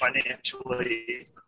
financially